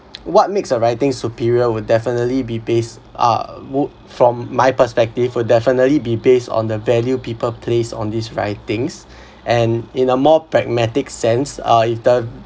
what makes a writing superior would definitely be based uh would from my perspective will definitely be based on the value people place on these writings and in a more pragmatic sense are either